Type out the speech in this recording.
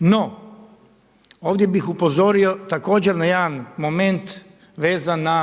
No, ovdje bih upozorio također na jedan moment vezan na